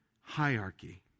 hierarchy